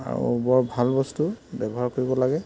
আৰু বৰ ভাল বস্তু ব্যৱহাৰ কৰিব লাগে